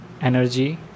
energy